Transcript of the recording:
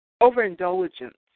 Overindulgence